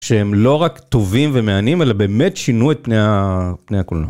שהם לא רק טובים ומהנים, אלא באמת שינו את פני הקולנוע.